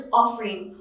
offering